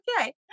okay